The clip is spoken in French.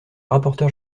rapporteur